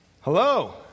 Hello